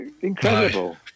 Incredible